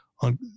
on